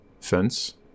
fence